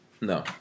No